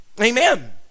Amen